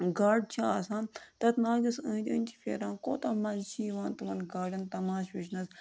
گاڈٕ چھِ آسان تَتھ ناگَس أنٛدۍ أنٛدۍ چھِ پھیران کوتاہ مَزٕ چھِ یِوان تِمَن گاڈٮ۪ن تَماشہٕ وٕچھنَس